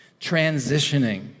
Transitioning